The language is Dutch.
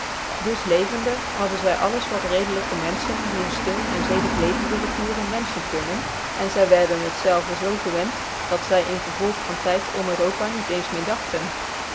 dus levende hadden zy alles wat nvdelykc menichen die een fl il en zeedig leven willen roeren wcufchen runnen cn neger en zy wierden het zelve zoo gewent dat zy itl vervolg van tyd om europa niet eens meer